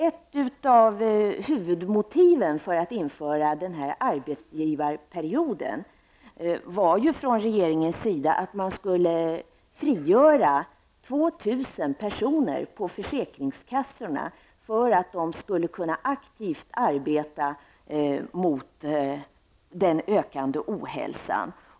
Ett av huvudmotiven från regeringens sida för att införa denna arbetsgivarperiod var ju att man skulle frigöra 2 000 personer på försäkringskassorna för att de aktivt skulle kunna arbeta mot den ökande ohälsan.